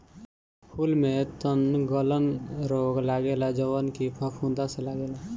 फूल में तनगलन रोग लगेला जवन की फफूंद से लागेला